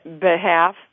behalf